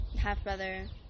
half-brother